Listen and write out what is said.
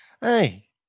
hey